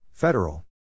Federal